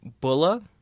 Bulla